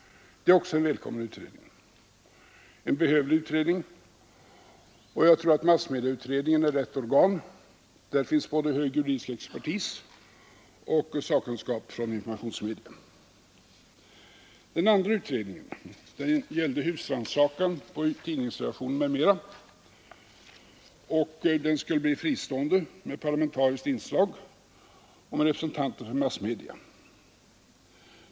Det är också en välkommen och behövlig utredning, och jag tror att massmedieutredningen är rätt organ. Där finns både hög juridisk expertis och sakkunskap från informationsmedia. Den andra utredningen gällde husrannsakan på tidningsredaktion m.m. Den skulle bli fristående med parlamentariskt inslag och med representanter för massmedia.